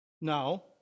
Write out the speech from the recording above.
Now